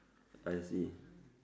I see